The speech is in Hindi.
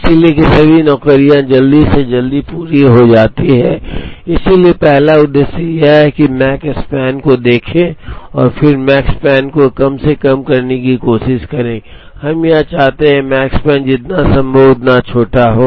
इसलिए कि सभी नौकरियां जल्द से जल्द पूरी हो जाती हैं इसलिए पहला उद्देश्य यह है कि मकस्पैन को देखें और फिर मकस्पान को कम से कम करने की कोशिश करें हम चाहते हैं कि मकस्पान जितना संभव हो उतना छोटा हो